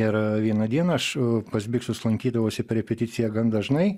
ir vieną dieną aš pas biksus lankydavausi per repeticiją gan dažnai